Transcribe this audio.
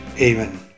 Amen